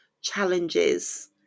challenges